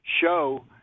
show